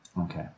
Okay